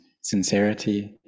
sincerity